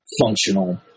functional